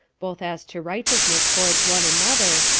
both as to righteousness towards one another,